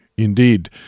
Indeed